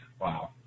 wow